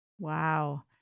Wow